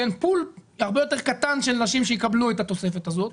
פול הרבה יותר קטן של נשים שיקבלו את התוספת הזאת.